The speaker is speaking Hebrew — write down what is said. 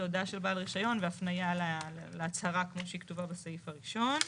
זו הודעה של בעל רישיון והפניה להצהרה כמו שהיא כתובה בסעיף הראשון.